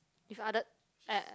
if other I uh